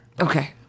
Okay